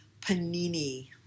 panini